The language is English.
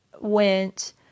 went